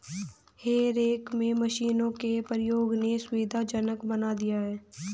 हे रेक में मशीनों के प्रयोग ने सुविधाजनक बना दिया है